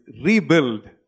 Rebuild